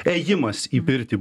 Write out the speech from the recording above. ėjimas į pirtį